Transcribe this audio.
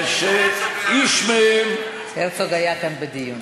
ושאיש מהם, הרצוג היה כאן בדיון.